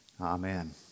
Amen